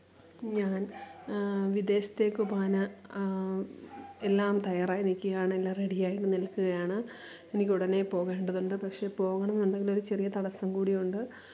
ഞാന് വിദേശത്തേക്ക് പോകാന് എല്ലാം തയ്യാറായി നിൽക്കുകയാണ് എല്ലാം റെഡിയായി നില്ക്കുകയാണ് എനിക്ക് ഉടനെ പോകേണ്ടതുണ്ട് പക്ഷേ പോകണം എന്നുണ്ടെങ്കിൽ ഒരു ചെറിയ തടസം കൂടി ഉണ്ട്